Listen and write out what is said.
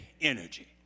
energy